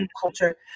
culture